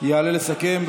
יעלה לסכם.